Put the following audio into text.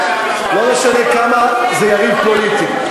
לא משנה כמה זה יריב פוליטי.